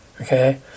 okay